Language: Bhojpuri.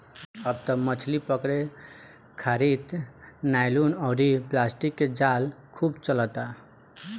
अब त मछली पकड़े खारित नायलुन अउरी प्लास्टिक के जाल खूब चलता